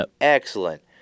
excellent